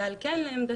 ועל כן עמדתנו.